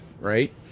right